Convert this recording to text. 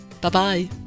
Bye-bye